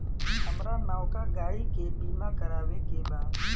हामरा नवका गाड़ी के बीमा करावे के बा